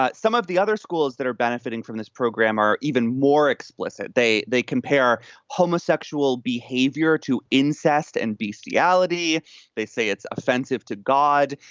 but some of the other schools that are benefiting from this program are even more explicit. they they compare homosexual behavior to incest and bestiality. they say it's offensive to god.